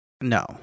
No